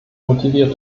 motiviert